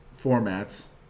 formats